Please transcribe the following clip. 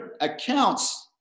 accounts